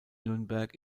nürnberg